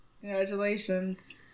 Congratulations